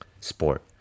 sport